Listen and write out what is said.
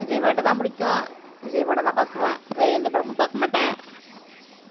விஜய் பாட்டுதான் பிடிக்கும் விஜய் படம்தான் பார்க்குவேன் வேறு எந்த படமும் பார்க்க மாட்டேன்